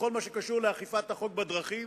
בכל מה שקשור באכיפת החוק בדרכים.